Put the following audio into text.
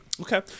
Okay